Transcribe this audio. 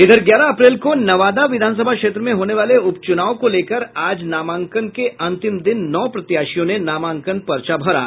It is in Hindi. इधर ग्यारह अप्रैल को नवादा विधानसभा क्षेत्र में होने वाले उपचुनाव को लेकर आज नामांकन के अंतिम दिन नौ प्रत्याशियों ने नामांकन पर्चे भरे